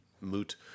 moot